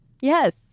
Yes